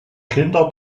kinder